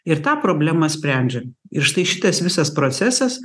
ir tą problemą sprendžiam ir štai šitas visas procesas